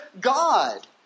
God